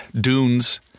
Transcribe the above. dunes